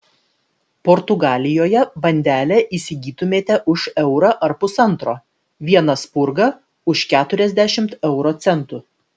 portugalijoje bandelę įsigytumėte už eurą ar pusantro vieną spurgą už keturiasdešimt euro centų